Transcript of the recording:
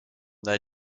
their